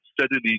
steadily